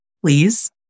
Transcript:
please